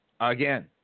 again